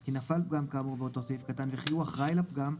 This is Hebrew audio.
כי נפל פגם כאמור באותו סעיף קטן וכי הוא אחראי לפגם,